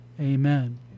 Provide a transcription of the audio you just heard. Amen